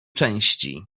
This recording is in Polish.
części